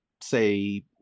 say